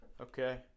Okay